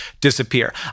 disappear